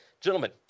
Gentlemen